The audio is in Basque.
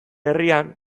herrian